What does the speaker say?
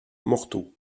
morteau